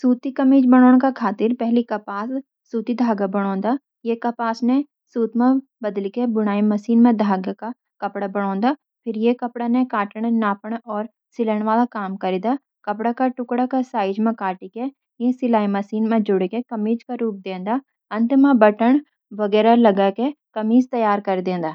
सूती कमीज बणाणा खातिर पहले कपास (सूती धागा) बणिंदां। यी कपास ने सूत मा बदलके बुनाई मशीन मा धागे का कपड़ा बणिंदां। फिर इस कपड़ा ने कटन, नापण, और सिलण वाला काम करिंदा। कपड़ा के टुकड़े का साइज मा काटके, इन ने सिलाई मशीन मा जोड़के कमीज का रूप देइंदां। अंत मा, बटन-बगैरा लगाके कमीज त्यार कर दिंदां।